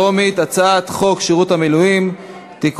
אנחנו עוברים להצבעה בקריאה טרומית: הצעת חוק שירות המילואים (תיקון,